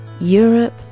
Europe